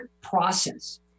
process